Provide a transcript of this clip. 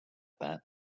that